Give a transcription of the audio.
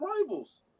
rivals